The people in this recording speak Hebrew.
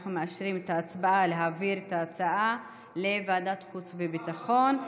אנחנו מאשרים את ההצעה להעביר את ההצעה לוועדת החוץ והביטחון.